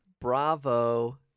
Bravo